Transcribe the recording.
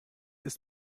ist